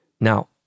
Now